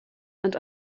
and